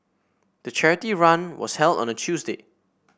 the charity run was held on a Tuesday